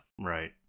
Right